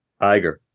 Iger